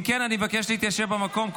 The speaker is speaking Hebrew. אם כן, אני מבקש להתיישב במקום.